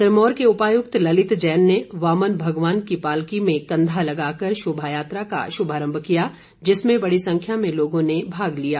सिरमौर के उपायुक्त ललित जैन ने वामन भगवान की पालकी में कंधा लगाकर शोभा यात्रा का शुभारम्भ किया जिसमें बड़ी संख्या में लोगों ने भाग लिया